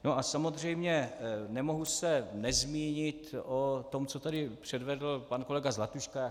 A samozřejmě nemohu se nezmínit o tom, co tady předvedl pan kolega Zlatuška.